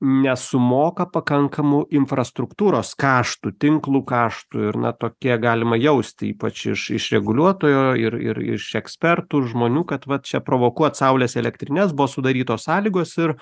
nesumoka pakankamų infrastruktūros kaštų tinklų kaštų ir na tokie galima jausti ypač iš iš reguliuotojo ir ir iš ekspertų ir žmonių kad vat čia provokuot saulės elektrines buvo sudarytos sąlygos ir